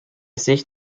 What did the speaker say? sich